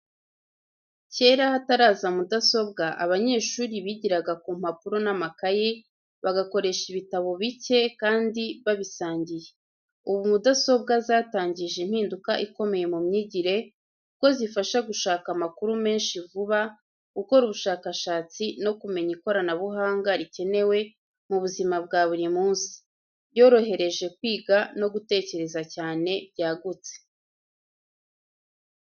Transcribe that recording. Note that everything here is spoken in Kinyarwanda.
Kera hataraza mudasobwa, abanyeshuri bigiraga ku mpapuro n’amakayi, bagakoresha ibitabo bicye kandi babisangiye. Ubu mudasobwa zatangije impinduka ikomeye mu myigire, kuko zifasha gushaka amakuru menshi vuba, gukora ubushakashatsi no kumenya ikoranabuhanga rikenewe mu buzima bwa buri munsi. Byorohereje kwiga no gutekereza cyane byagutse.